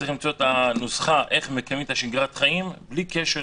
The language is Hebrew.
צריך למצוא את הנוסחה איך מקיימים את שגרת החיים בלי קשר